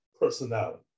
personality